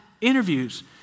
interviews